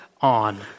on